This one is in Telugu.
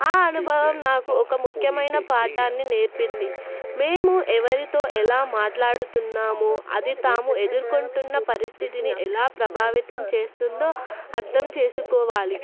ఆ అనుభవం నాకు ఒక ముఖ్యమైన పాఠాన్ని నేర్పింది మేము ఎవరితో ఎలా మాట్లాడుతున్నాము అది తాము ఎదుర్కొంటున్న పరిస్థితిని ఎలా ప్రభావితం చేస్తుందో అర్థం చేసుకోవాలి